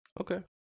Okay